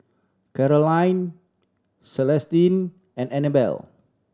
Carolyne Celestine and Anibal